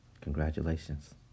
Congratulations